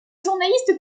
journaliste